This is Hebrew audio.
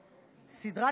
מתוכן,